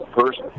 first